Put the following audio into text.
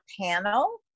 panel